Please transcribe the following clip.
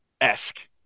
esque